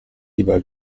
iba